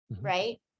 right